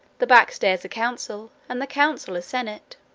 the back-stairs a council, and the council a senate.